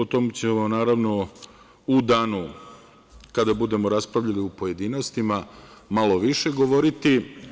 O tome ćemo naravno u danu kada budemo raspravljali u pojedinostima malo više govoriti.